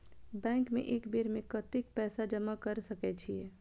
Bank में एक बेर में कतेक पैसा जमा कर सके छीये?